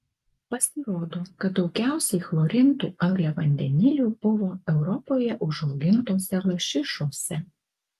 pasirodo kad daugiausiai chlorintų angliavandenilių buvo europoje užaugintose lašišose